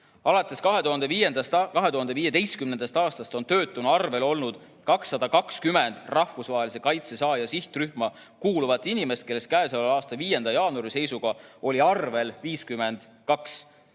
Alates 2015. aastast on töötuna arvel olnud 220 rahvusvahelise kaitse saaja sihtrühma kuuluvat inimest, kellest k.a 5. jaanuari seisuga oli arvel 52.